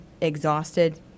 exhausted